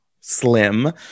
slim